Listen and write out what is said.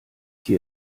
hier